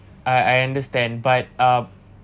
I I understand but up